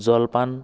জলপান